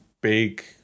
big